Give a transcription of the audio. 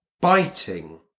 Biting